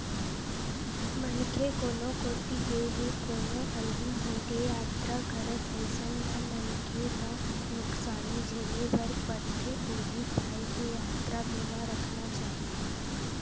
मनखे कोनो कोती गे हे कोनो अलहन होगे यातरा करत अइसन म मनखे ल नुकसानी झेले बर परथे उहीं पाय के यातरा बीमा रखना चाही